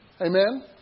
Amen